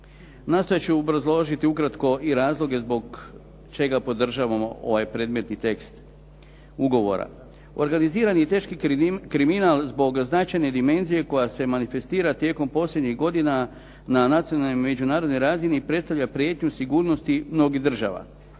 nastojeći obrazložiti ukratko i razloge zbog čega podržavamo ovaj predmetni tekst ugovora. Organizirani i teški kriminal zbog značajne dimenzije koja se manifestira tijekom posljednjih godina na nacionalnoj i međunarodnoj razini predstavlja prijetnju sigurnosti mnogih država.